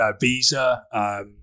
Visa